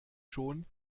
schon